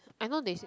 I know they say